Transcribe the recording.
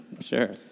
Sure